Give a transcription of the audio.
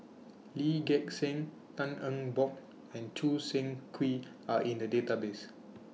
Lee Gek Seng Tan Eng Bock and Choo Seng Quee Are in The Database